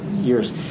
years